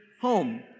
home